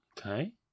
Okay